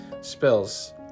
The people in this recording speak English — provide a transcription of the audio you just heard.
spills